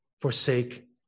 forsake